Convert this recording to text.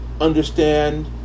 understand